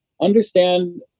understand